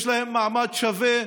יש להם מעמד שווה,